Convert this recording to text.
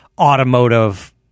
automotive